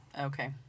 Okay